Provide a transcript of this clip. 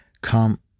Come